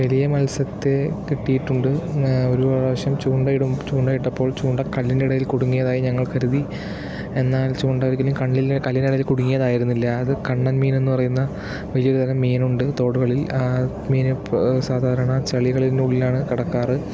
വലിയ മത്സ്യത്തെ കിട്ടിയിട്ടുണ്ട് ഒരു പ്രാവിശ്യം ചൂണ്ട ഇടും ഇട്ടപ്പോൾ ചൂണ്ട കല്ലിൻ്റെ ഇടയിൽ കുടുങ്ങിയാതായി ഞങ്ങൾ കരുതി എന്നാൽ ചൂണ്ട ഒരിക്കലും കണ്ണിൽ കല്ലിൻ്റെ ഇടയിൽ കുടുങ്ങിയത് ആയിരുന്നില്ല അത് കണ്ണൻ മീൻ എന്നു പറയുന്ന വലിയൊരു തരം മീനുണ്ട് തോടുകളിൽ മീൻ ഇപ്പോൾ സാധാരണ ചളികളിനുള്ളിലാണ് കിടക്കാറ്